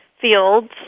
fields